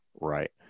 Right